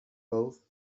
both